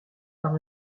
par